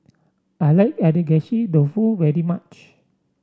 I like Agedashi Dofu very much